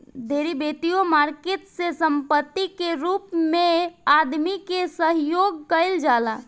derivative market में संपत्ति के रूप में आदमी के सहयोग कईल जाला